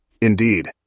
Indeed